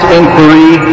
inquiry